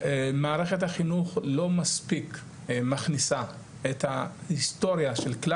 מערכת החינוך לא מספיק מכניסה את ההיסטוריה של ככל